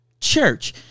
church